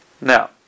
now